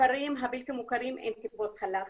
בכפרים הבלתי מוכרים אין טיפות חלב,